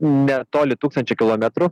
netoli tūkstančio kilometrų